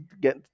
get